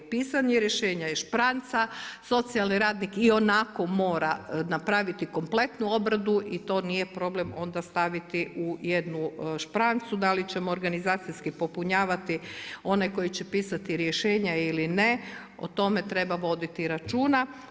Pisanje rješenje je špranca, socijalni radnik ionako mora napraviti kompletnu obradu i to nije problem onda staviti u jednu šprancu, da li ćemo organizacijski popunjavati one koje će pisati rješenja ili ne, o tome treba voditi računa.